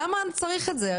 למה צריך את זה?